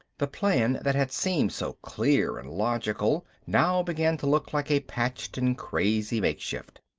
the plan that had seemed so clear and logical now began to look like a patched and crazy makeshift.